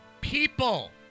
people